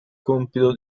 compito